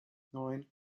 neun